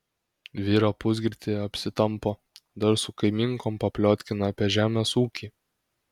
vyrą pusgirtį apsitampo dar su kaimynkom papliotkina apie žemės ūkį